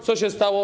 Co się stało?